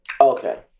Okay